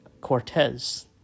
Cortez